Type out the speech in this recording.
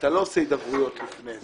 ואתה לא עושה הידברויות לפני זה.